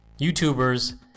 YouTubers